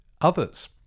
others